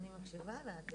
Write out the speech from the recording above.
אני מקשיבה לך.